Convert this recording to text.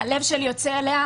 הלב שלי יוצא אליה.